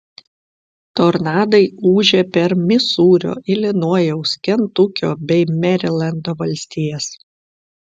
tornadai ūžė per misūrio ilinojaus kentukio bei merilendo valstijas